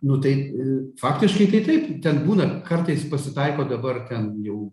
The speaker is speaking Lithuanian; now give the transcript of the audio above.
nu tai faktiškai tai taip ten būna kartais pasitaiko dabar ten jau